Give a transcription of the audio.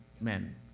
men